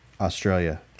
Australia